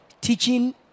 teaching